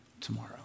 tomorrow